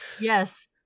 Yes